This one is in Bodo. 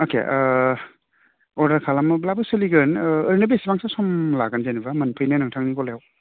अके आह अर्दार खालामोब्लाबो सोलिगोन ओह ओरैनो बेसेबांसो सम लागोन जेनेबा मोनफैनो नोंथांनि गलायाव